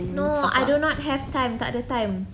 no I do not have time tak ada time